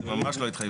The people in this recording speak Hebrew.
זה ממש לא התחייבות.